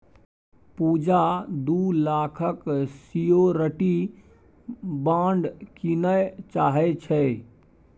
पुजा दु लाखक security bond कीनय चाहै छै